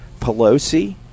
Pelosi